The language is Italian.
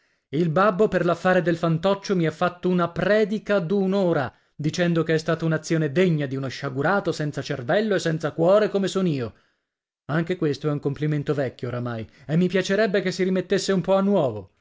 il babbo per l'affare del fantoccio mi ha fatto una predica d'un'ora dicendo che è stata un'azione degna di uno sciagurato senza cervello e senza cuore come sono io anche questo è un complimento vecchio oramai e mi piacerebbe che si rimettesse un po a nuovo